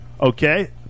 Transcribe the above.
okay